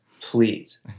please